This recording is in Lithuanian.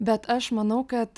bet aš manau kad